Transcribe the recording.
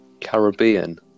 Caribbean